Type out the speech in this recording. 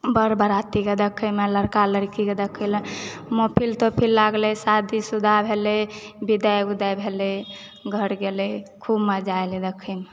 बर बराती के देखए मे लड़का लड़की के देखैए लऽ महफिल तहफिल लागल रहए शादी शुदा भेलए विदाई उदाए भेलै घरऽ गेलेए खूब मजा एलेए देखे मऽ